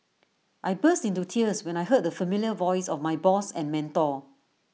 I burst into tears when I heard the familiar voice of my boss and mentor